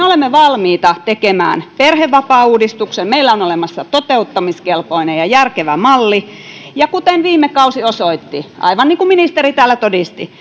olemme valmiita tekemään perhevapaauudistuksen meillä on olemassa toteuttamiskelpoinen ja järkevä malli ja kuten viime kausi osoitti aivan niin kuin ministeri täällä todisti